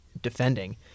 defending